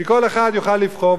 כי כל אחד יוכל לבחור,